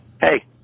Hey